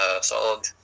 solid